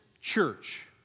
church